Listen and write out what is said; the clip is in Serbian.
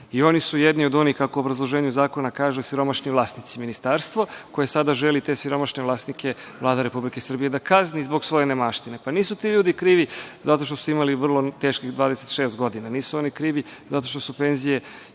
I oni su jedni od onih, kako obrazloženje zakona kaže, siromašni vlasnici, Ministarstvo koje sada želi da te siromašne vlasnike, Vlada Republike Srbije da kazni zbog svoje nemaštine. Pa, nisu ti ljudi krivi zato što su imali vrlo teških 26 godina. Nisu oni krivi zato što su penzije